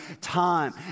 time